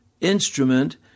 instrument